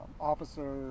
Officer